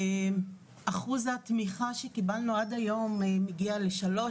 אחוז התמיכה שקיבלנו עד היום מגיע ל-3%,